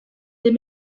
des